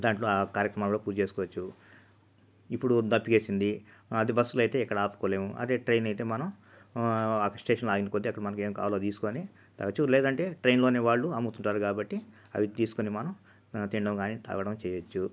దాంట్లో ఆ కార్యక్రమాలు కూడా పూర్తి చేసుకోవచ్చు ఇప్పుడు దప్పికేసింది అదే బస్సులో అయితే ఎక్కడా ఆపుకోలేం అదే ట్రైన్లో అయితే మనం అప్స్టేషన్లో ఆగిపోతే అక్కడ మనకు ఏది కావాల్నో తీసుకొని రావచ్చు లేదంటే ట్రైన్లోనే వాళ్ళు అముతుంటారు కాబట్టి అది తీసుకోని మనం తిండం గానీ తాగడం గానీ చేయొచ్చు